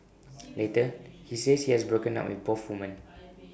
later he says he has broken up with both women